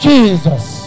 Jesus